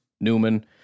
Newman